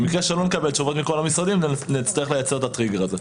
במקרה שלא נקבל תשובות מכל המשרדים נצטרך לייצר את הטריגר הזה.